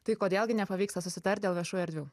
tai kodėl gi nepavyksta susitart dėl viešų erdvių